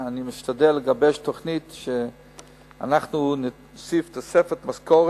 אני משתדל לגבש תוכנית להוסיף תוספת שכר